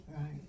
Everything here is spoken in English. Right